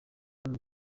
hano